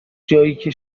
جاییکه